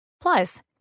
Plus